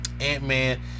ant-man